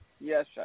Yes